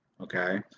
okay